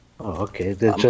okay